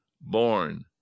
born